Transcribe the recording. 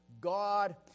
God